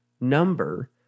number